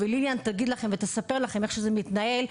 ליליאן תספר לכם איך זה מתנהל,